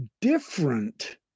different